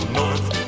north